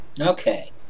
Okay